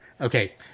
okay